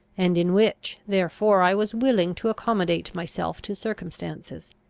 and in which therefore i was willing to accommodate myself to circumstances.